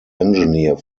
engineer